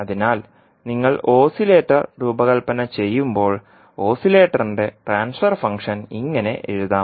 അതിനാൽ നിങ്ങൾ ഓസിലേറ്റർ രൂപകൽപ്പന ചെയ്യുമ്പോൾ ഓസിലേറ്ററിന്റെ ട്രാൻസ്ഫർ ഫംഗ്ഷൻ ഇങ്ങനെ എഴുതാം